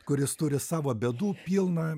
kuris turi savo bėdų pilną